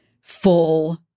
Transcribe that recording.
full